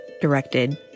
directed